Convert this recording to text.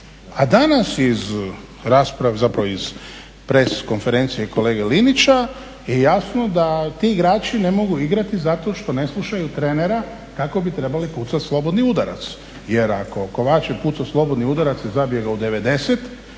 A danas iz, zapravo press konferencije kolege Linića je jasno da ti igrači ne mogu igrati zato što ne slušaju trenera kako bi trebali pucati slobodni udarac. Jer ako Kovač je pucao slobodni udarac i zabije ga u 90'